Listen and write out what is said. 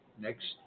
next